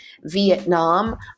Vietnam